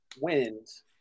wins